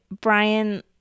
Brian